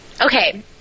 Okay